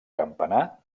campanar